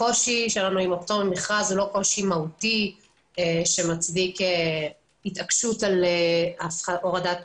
הקושי שלנו הפטור ממכרז אינו מהותי שמצדיק התעקשות על הורדת הסעיף הזה.